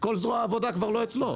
כל זרוע העבודה כבר לא אצלו.